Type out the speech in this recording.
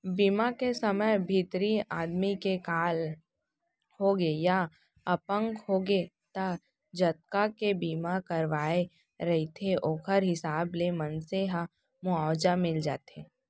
बीमा के समे भितरी आदमी के काल होगे या अपंग होगे त जतका के बीमा करवाए रहिथे ओखर हिसाब ले मनसे ल मुवाजा मिल जाथे